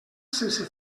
sense